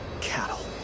Cattle